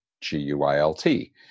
g-u-i-l-t